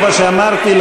כמו שאמרתי,